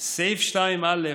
סעיף 2(א)